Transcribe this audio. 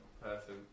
person